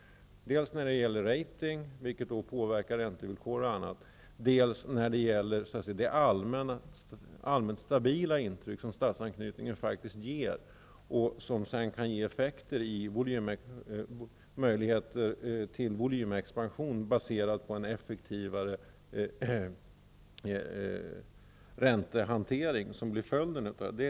Det gäller dels rating, vilket påverkar räntevillkor och annat, dels det allmänt stabila intryck som statsanknytningen faktiskt ger och som kan få effekter i form av möjligheter till volymexpansion, baserad på en effektivare räntehantering, vilket blir följden.